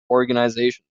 organizations